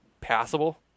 passable